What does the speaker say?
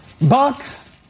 Bucks